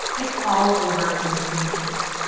it's all over mainstream news